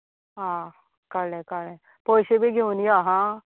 आं कळ्ळें कळ्ळें पयशें बीन घेवन यो हा